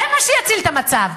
זה מה שיציל את המצב.